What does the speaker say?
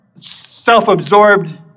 self-absorbed